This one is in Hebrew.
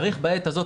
צריך בעת הזאת,